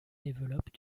développe